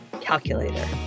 calculator